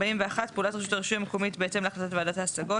פעולת רשות הרישוי המקומית בהתאם להחלטת ועדת ההשגות